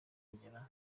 kugeraho